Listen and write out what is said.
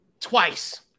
twice